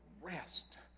rest